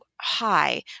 high